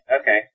okay